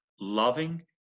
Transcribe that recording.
loving